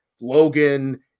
Logan